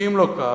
כי אם לא כך,